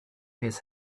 his